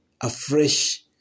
afresh